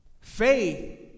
Faith